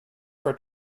for